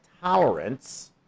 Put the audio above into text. tolerance